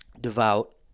devout